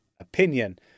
opinion